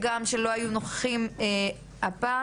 גם למשרד החינוך, שלא היו נוכחים בדיון הפעם,